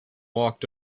walked